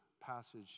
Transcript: passage